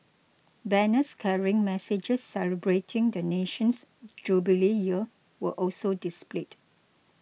banners carrying messages celebrating the nation's jubilee year were also displayed